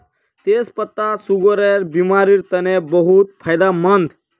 तेच पत्ता सुगरेर बिमारिर तने बहुत फायदामंद